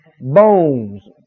bones